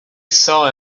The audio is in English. saw